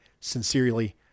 Sincerely